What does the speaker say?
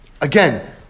again